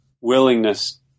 willingness